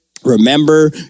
Remember